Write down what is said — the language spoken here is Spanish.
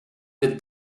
the